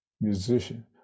Musician